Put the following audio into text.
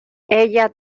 ella